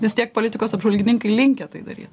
vis tiek politikos apžvalgininkai linkę tai daryt